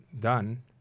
done